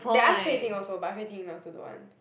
they ask Hui-Ting also but Hui-Ting also don't want